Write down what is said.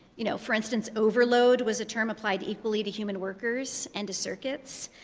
you know for instance, overload was a term applied equally to human workers and to circuits.